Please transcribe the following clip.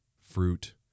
fruit